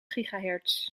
gigahertz